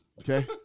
Okay